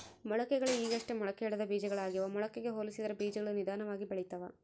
ಮೊಳಕೆಗಳು ಈಗಷ್ಟೇ ಮೊಳಕೆಯೊಡೆದ ಬೀಜಗಳಾಗ್ಯಾವ ಮೊಳಕೆಗೆ ಹೋಲಿಸಿದರ ಬೀಜಗಳು ನಿಧಾನವಾಗಿ ಬೆಳಿತವ